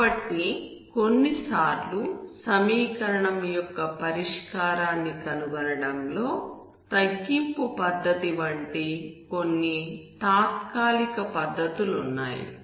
కాబట్టి కొన్నిసార్లు సమీకరణం యొక్క పరిష్కారాన్ని కనుగొనడంలో తగ్గింపు పద్ధతి వంటి కొన్ని తాత్కాలిక పద్ధతులు ఉన్నాయి